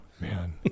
man